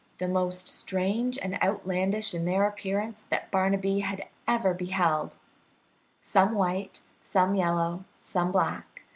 the most strange and outlandish in their appearance that barnaby had ever beheld some white, some yellow, some black,